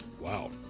wow